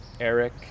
Eric